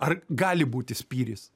ar gali būti spyris